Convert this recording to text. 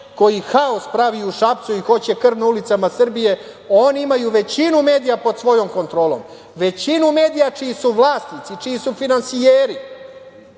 koji haos pravi u Šapcu i hoće krv na ulicama Srbije? Oni imaju većinu medija pod svojom kontrolom, većinu medija čiji su vlasnici, čiji su finansijeri,